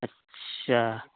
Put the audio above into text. اچھا